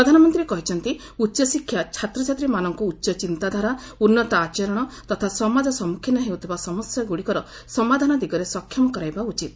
ପ୍ରଧାନମନ୍ତ୍ରୀ କହିଛନ୍ତି ଉଚ୍ଚଶିକ୍ଷା' ଛାତ୍ରଛାତ୍ରୀମାନଙ୍କୁ ଉଚ୍ଚ ଚିନ୍ତାଧାରା ଉନୁତ ଆଚରଣ ତଥା ସମାଜ ସମ୍ମଖୀନ ହେଉଥିବା ସମସ୍ୟାଗ୍ରଡିକର ସମାଧାନ ଦିଗରେ ସକ୍ଷମ କରାଇବା ଉଚିତ